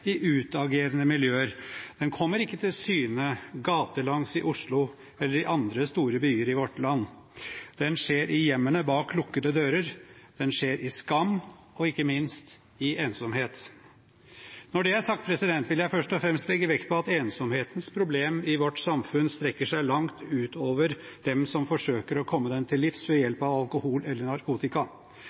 i utagerende miljøer, den kommer ikke til syne gatelangs i Oslo eller i andre store byer i vårt land. Den skjer i hjemmene bak lukkede dører. Den skjer i skam og ikke minst i ensomhet. Når det er sagt, vil jeg først og fremst legge vekt på at ensomhetens problem i vårt samfunn strekker seg langt utover dem som forsøker å komme den til livs ved hjelp av alkohol eller narkotika.